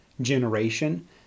generation